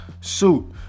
suit